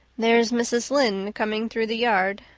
there's mrs. lynde coming through the yard.